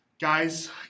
guys